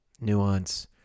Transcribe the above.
nuance